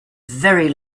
very